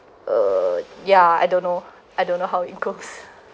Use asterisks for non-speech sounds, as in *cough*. ugh yeah I don't know I don't know how it goes *laughs*